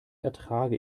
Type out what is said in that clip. ertrage